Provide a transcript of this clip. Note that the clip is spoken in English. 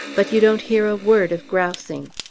but you don't hear a word of grousing.